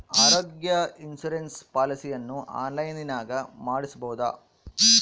ಆರೋಗ್ಯ ಇನ್ಸುರೆನ್ಸ್ ಪಾಲಿಸಿಯನ್ನು ಆನ್ಲೈನಿನಾಗ ಮಾಡಿಸ್ಬೋದ?